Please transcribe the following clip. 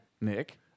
Nick